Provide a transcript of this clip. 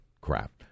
craft